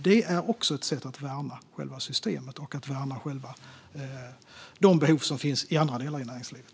Det är också ett sätt att värna själva systemet och de behov som finns i andra delar av näringslivet.